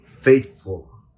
faithful